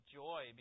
joy